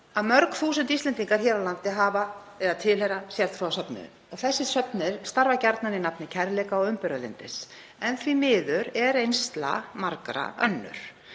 að mörg þúsund Íslendingar hér á landi tilheyra sértrúarsöfnuðum. Þessir söfnuðir starfa gjarnan í nafni kærleika og umburðarlyndis en því miður er reynsla margra önnur.